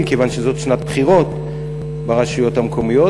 כיוון שזו שנת בחירות ברשויות המקומיות,